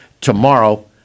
tomorrow